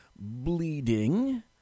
bleeding